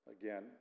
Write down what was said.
again